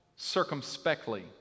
circumspectly